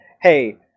hey